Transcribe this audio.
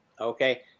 Okay